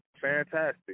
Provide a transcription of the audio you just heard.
fantastic